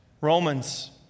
Romans